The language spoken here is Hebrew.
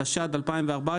התשע"ד - 2014,